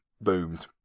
boomed